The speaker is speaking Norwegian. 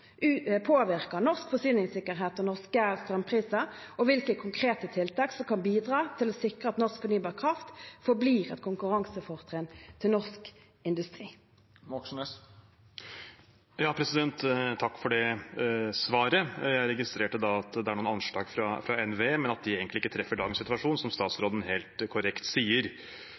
påvirker norsk forsyningssikkerhet og norske strømpriser, og hvilke konkrete tiltak som kan bidra til å sikre at norsk fornybar kraft forblir et konkurransefortrinn for norsk industri. Takk for svaret. Jeg registrerte at det er noen anslag fra NVE, men at de egentlig ikke treffer dagens situasjon, som statsråden helt korrekt sier.